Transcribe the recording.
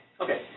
Okay